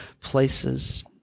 places